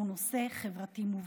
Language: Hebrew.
שהוא נושא חברתי מובהק.